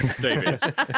David